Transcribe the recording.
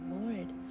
Lord